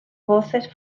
voces